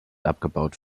abgebaut